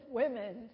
women